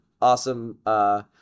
awesome